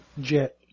jet